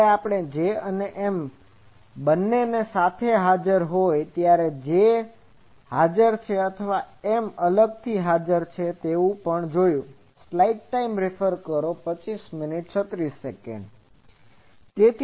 જ્યારે J અને M બંને સાથે હાજર હોય તે જોઈ જયારે J હાજર છે અથવા M અલગથી હાજર તે આપણે જોયું છે